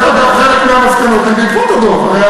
אגב, חלק מהמסקנות הן בעקבות הדוח.